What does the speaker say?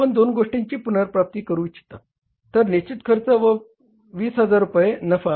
आपण दोन गोष्टीची पुनर्प्राप्ती करू शकता तर निश्चित खर्च व 20000 रुपये नफा